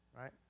Right